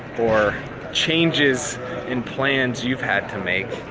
or changes and plans you've had to make.